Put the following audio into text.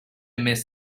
miss